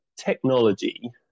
Technology